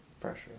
Pressure